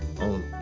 own